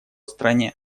стране